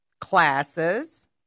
classes